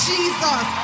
Jesus